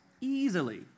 Easily